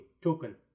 token